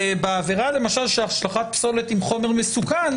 בעבירה למשל של השלכת פסולת עם חומר מסוכן,